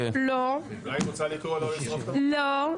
תשמע,